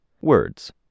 words